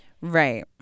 Right